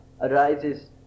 arises